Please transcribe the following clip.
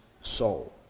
soul